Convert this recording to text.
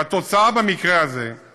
והתוצאה במקרה הזה היא